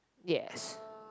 yes